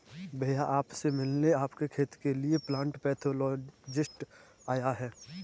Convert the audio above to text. भैया आप से मिलने आपके खेत के लिए प्लांट पैथोलॉजिस्ट आया है